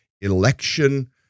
election